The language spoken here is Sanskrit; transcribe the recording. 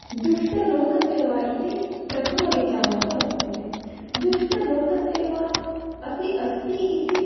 दुष्टलोकस्य वा इति प्रथमविचारः वर्तते दुष्टलोकसेवा अपि अस्तीति